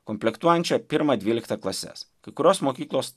komplektuojančia pirmą dvyliktą klases kai kurios mokyklos